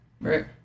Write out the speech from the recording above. Right